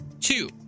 two